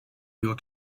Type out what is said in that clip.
real